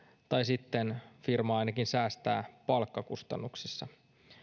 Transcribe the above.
tai sitten firma ainakin säästää palkkakustannuksissa